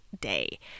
day